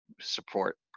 support